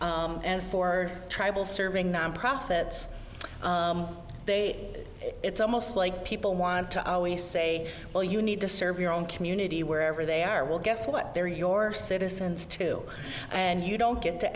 for tribal serving nonprofits they it's almost like people want to always say well you need to serve your own community wherever they are will guess what they're your citizens too and you don't get to